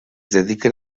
dediquen